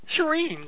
Shireen